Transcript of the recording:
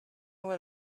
would